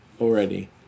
already